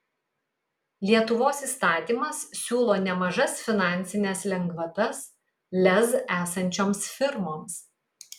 lietuvos įstatymas siūlo nemažas finansines lengvatas lez esančioms firmoms